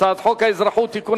הצעת חוק האזרחות (תיקון,